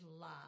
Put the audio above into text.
love